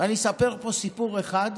אני אספר פה סיפור אחד,